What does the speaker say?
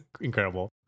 incredible